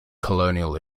colonial